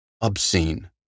obscene